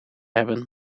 hebben